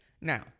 Now